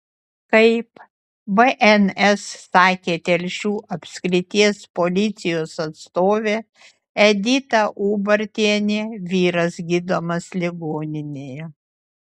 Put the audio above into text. kaip bns sakė telšių apskrities policijos atstovė edita ubartienė vyras gydomas ligoninėje